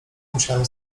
musiałem